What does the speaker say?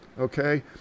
okay